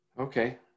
Okay